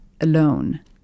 alone